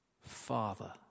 Father